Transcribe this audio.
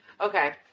Okay